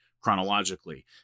chronologically